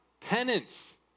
penance